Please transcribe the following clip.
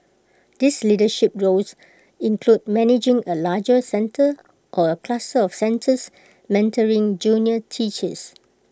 these leadership roles include managing A larger centre or A cluster of centres mentoring junior teachers